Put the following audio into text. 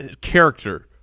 character